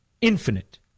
Infinite